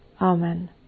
Amen